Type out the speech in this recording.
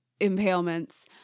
impalements